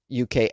uk